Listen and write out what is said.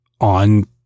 on